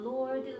Lord